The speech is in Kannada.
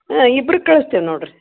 ಹಾಂ ಇಬ್ರು ಕಳ್ಸ್ತೀವಿ ನೋಡಿರಿ